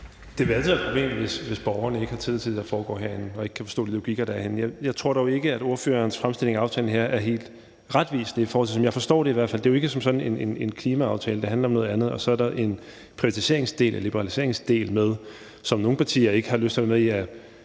Det vil altid være et problem, hvis borgerne ikke har tillid til det, der foregår herinde, og ikke kan forstå de logikker, der er herinde. Jeg tror dog ikke, at ordførerens fremstilling af aftalen her er helt retvisende, i hvert fald ikke, som jeg forstår den. Det er jo ikke som sådan en klimaaftale. Det handler om noget andet, og så er der en privatiseringsdel og en liberaliseringsdel med, som nogle partier f.eks. af ideologiske